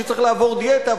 שצריך לעבור דיאטה,